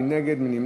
מי נגד?